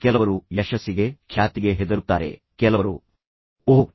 ಕೆಲವರು ಯಶಸ್ಸಿಗೆ ನಿಜವಾಗಿಯೂ ಹೆದರುತ್ತಾರೆ ಕೆಲವರು ಖ್ಯಾತಿಗೆ ಹೆದರುತ್ತಾರೆ ಕೆಲವರು ವಿಶೇಷವಾಗಿ ಓಹ್